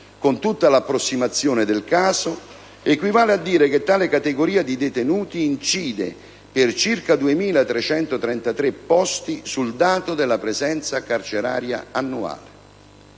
con tutta l'approssimazione del caso - equivale a dire che tale categoria di detenuti incide per circa 2.333 posti sul dato della presenza carceraria annuale.